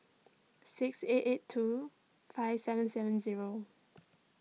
six eight eight two five seven seven zero